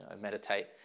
meditate